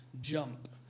jump